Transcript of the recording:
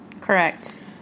Correct